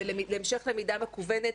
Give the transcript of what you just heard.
בהמשך למידה מקוונת,